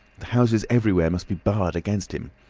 the houses everywhere must be barred against him.